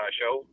show